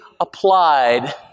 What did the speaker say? applied